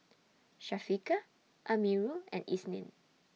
Syafiqah Amirul and Isnin